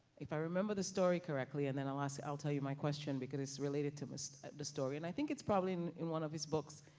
if i remember the story correctly, and then i'll ask it, i'll tell you my question because it's related to the story. and i think it's probably in in one of his books,